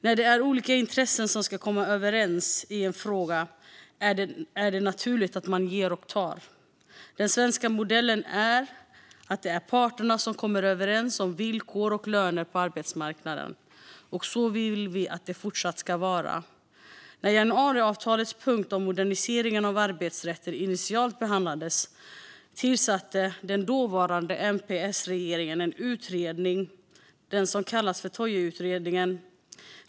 När det är olika intressen som ska komma överens i en fråga är det naturligt att man ger och tar. Den svenska modellen innebär att det är parterna som kommer överens om villkor och löner på arbetsmarknaden, och så vill vi att det fortsatt ska vara. När januariavtalets punkt om moderniseringen av arbetsrätten initialt behandlades tillsatte den dåvarande MP-S-regeringen en utredning, den som kallas för Toijerutredningen.